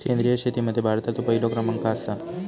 सेंद्रिय शेतीमध्ये भारताचो पहिलो क्रमांक आसा